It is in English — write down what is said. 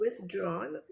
withdrawn